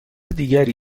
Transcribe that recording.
دیگری